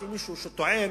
אנחנו כאן עולים לריטואל